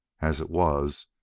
as it was,